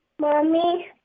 Mommy